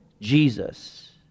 Jesus